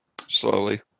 slowly